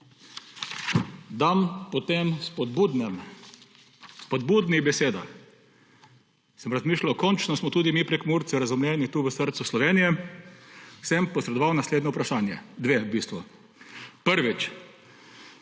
Dan po teh spodbudnih besedah sem razmišljal, končno smo tudi mi, Prekmurci, razumljeni tu v srcu Slovenije, sem posredoval naslednje vprašanje, dve v bistvu. Prvič: